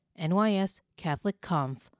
NYSCatholicConf